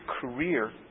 career